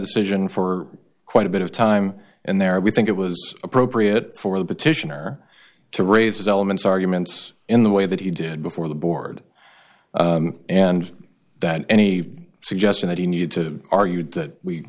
decision for quite a bit of time and there we think it was appropriate for the petitioner to raise elements arguments in the way that he did before the board and that any suggestion that he needed to argue that we